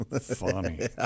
funny